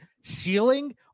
ceiling